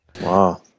Wow